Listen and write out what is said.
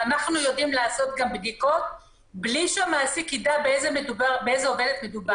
אנחנו גם יודעים לעשות בדיקות בלי שהמעסיק יידע באיזו עובדת מדובר.